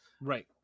Right